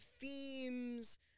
themes